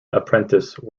apprentice